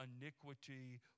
iniquity